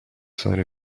sign